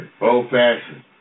Old-fashioned